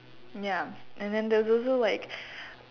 ya and then there was also like